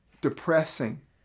depressing